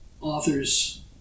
authors